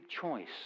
choice